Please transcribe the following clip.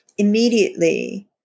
immediately